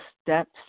steps